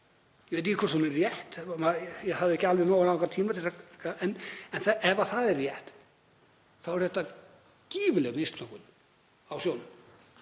Ég veit ekki hvort hún er rétt, ég hafði ekki alveg nógu langan tíma til þess, en ef það er rétt þá er þetta gífurleg misnotkun á sjóðnum.